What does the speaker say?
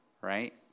right